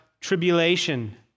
tribulation